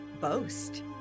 boast